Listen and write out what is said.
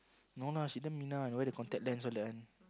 no no she damn minah wear the contact lens all that one